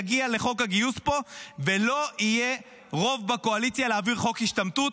יגיע חוק הגיוס לפה ולא יהיה רוב בקואליציה להעביר חוק השתמטות.